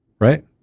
right